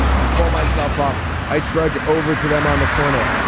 like pull myself up. i trudge over to them on the corner.